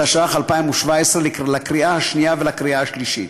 התשע"ח 2017, לקריאה שנייה ולקריאה שלישית.